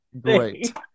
great